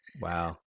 Wow